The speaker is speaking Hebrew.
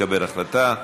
תתקבל החלטה.